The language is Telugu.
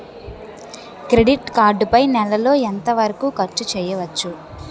క్రెడిట్ కార్డ్ పై నెల లో ఎంత వరకూ ఖర్చు చేయవచ్చు?